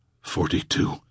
Forty-two